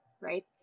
right